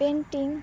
painting